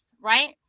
right